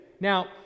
Now